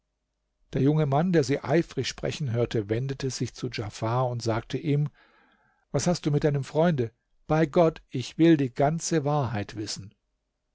der junge mann der sie eifrig sprechen hörte wendete sich zu djafar und sagte ihm was hast du mit deinem freunde bei gott ich will die ganze wahrheit wissen